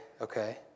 okay